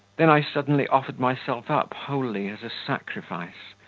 then i suddenly offered myself up wholly as a sacrifice,